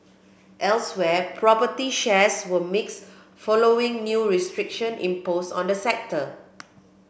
elsewhere property shares were mixed following new restriction imposed on the sector